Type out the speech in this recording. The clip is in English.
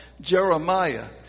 Jeremiah